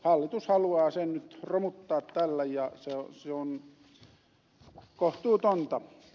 hallitus haluaa sen nyt romuttaa tällä ja se on kohtuutonta